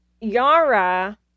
Yara